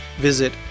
visit